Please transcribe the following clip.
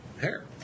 hair